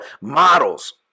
models